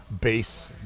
base